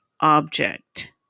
object